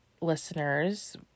listeners